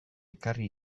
ekarri